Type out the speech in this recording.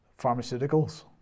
pharmaceuticals